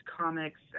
comics